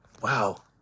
wow